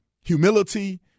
humility